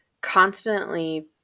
constantly